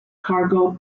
cargo